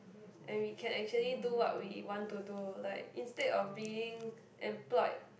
and we can actually do what we want to do like instead of being employed